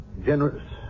Generous